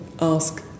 ask